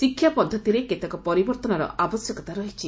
ଶିକ୍ଷା ପଦ୍ଧତିରେ କେତେକ ପରିବର୍ଭନର ଆବଶ୍ୟକତା ରହିଛି